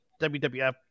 WWF